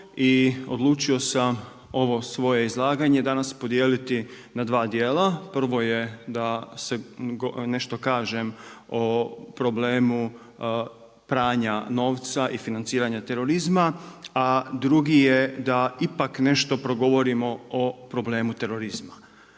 odlučio sam ovo svoje izlaganje danas podijeliti na dva dijela. Prvo je da nešto kažem o problemu pranja novca i financiranja terorizma, a drugi je da ipak nešto progovorimo o problemu terorizma.